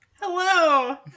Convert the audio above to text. Hello